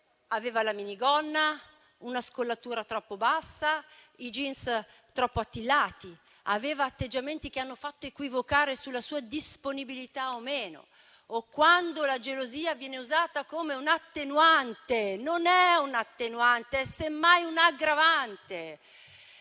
aveva la minigonna, una scollatura troppo bassa, i *jeans* troppo attillati, aveva atteggiamenti che hanno fatto equivocare sulla sua disponibilità o no. Quante volte la gelosia viene usata come un'attenuante. Non è un'attenuante, semmai un'aggravante.